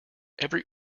every